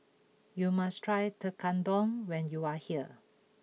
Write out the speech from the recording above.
you must try Tekkadon when you are here